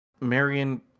Marion